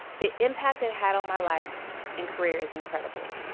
the impact it had on my life and career is in credible.